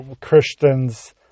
Christians